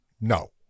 No